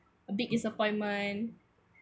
a big disappointment